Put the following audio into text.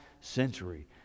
century